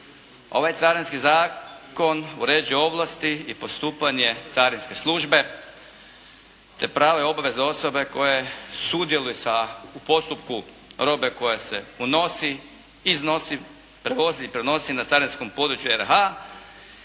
Ovaj Carinski zakon uređuje ovlasti i postupanje carinske službe, te prave obveze osobe koje sudjeluju sa u postupku robe koja se unosi, iznosi, prevozi i prenosi na carinskom području RH